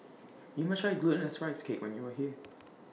YOU must Try Glutinous Rice Cake when YOU Are here